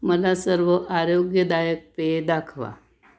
मला सर्व आरोग्यदायक पेय दाखवा